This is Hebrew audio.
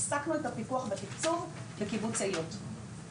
הפסקנו את הפיקוח והתקצוב בקיבוץ אילות.